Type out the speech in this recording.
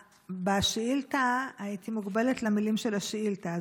בשאילתה הייתי מוגבלת למילים של השאילתה,